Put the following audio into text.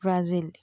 Brazil